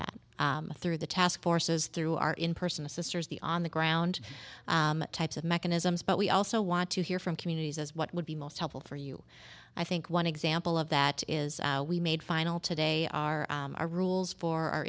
that through the task forces through our in person assisters the on the ground types of mechanisms but we also want to hear from communities as what would be most helpful for you i think one example of that is we made final today our our rules for our